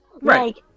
Right